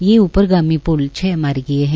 यह ऊपरगामी प्ल छ मार्गीय है